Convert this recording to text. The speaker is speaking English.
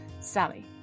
Sally